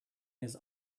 his